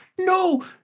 no